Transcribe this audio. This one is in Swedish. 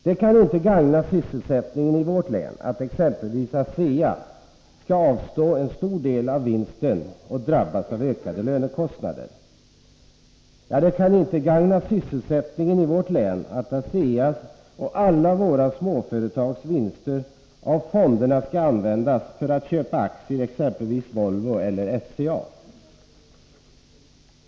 Det kan ju inte gagna sysselsättningen i vårt län att exempelvis ASEA skall avstå en stor del av vinsten och drabbas av ökade lönekostnader. Det kan inte gagna sysselsättningen i vårt län att ASEA:s och alla våra småföretags vinster av fonderna skall användas för att köpa aktier i exempelvis Volvo eller SCA.